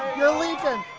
you're leaking!